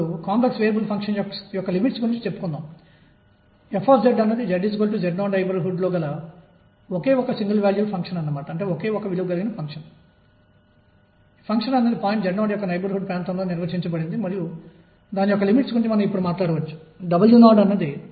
ఇది ఈ విధంగా వెళుతుంది గోడను ఢీ కొట్టి తిరిగి వస్తుంది మరియు అది ఒక పూర్తి గమనం అవుతుంది